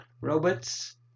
Robots